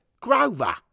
Grover